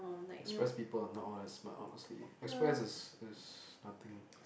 express people are not all that smart honestly express is is nothing